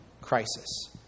crisis